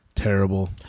Terrible